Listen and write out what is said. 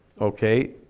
Okay